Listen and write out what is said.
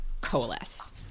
coalesce